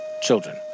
children